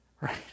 right